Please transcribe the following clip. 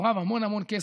מעורב המון המון כסף.